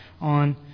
on